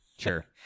Sure